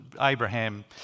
Abraham